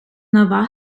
нова